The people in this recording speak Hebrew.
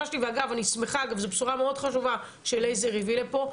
ואגב אני שמחה על הבשורה החשובה שלייזר הביא לפה,